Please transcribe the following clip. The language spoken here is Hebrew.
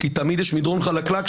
כי תמיד יש מדרון חלקלק,